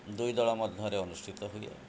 ଦୁଇ ଦଳ ମଧ୍ୟରେ ଅନୁଷ୍ଠିତ ହୁଏ